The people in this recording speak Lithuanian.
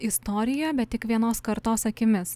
istorija bet tik vienos kartos akimis